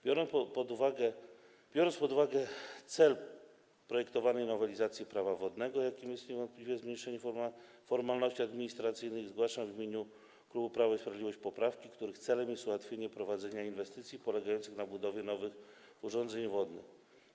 Biorąc pod uwagę cel projektowanej nowelizacji Prawa wodnego, jakim jest niewątpliwie zmniejszenie formalności administracyjnych, zgłaszam w imieniu klubu Prawo i Sprawiedliwość poprawki, których celem jest ułatwienie prowadzenia inwestycji polegających na budowie nowych urządzeń wodnych.